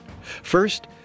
First